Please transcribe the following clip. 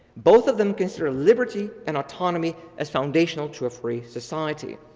both of them consider liberty and autonomy as foundational to a free society.